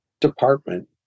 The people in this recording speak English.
department